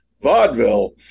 vaudeville